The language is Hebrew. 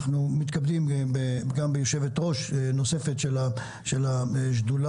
אנחנו מתכבדים גם ביושבת ראש נוספת של השדולה,